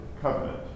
Covenant